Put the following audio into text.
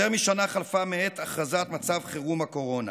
יותר משנה חלפה מעת הכרזת מצב חירום הקורונה.